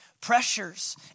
pressures